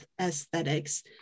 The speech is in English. aesthetics